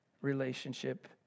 relationship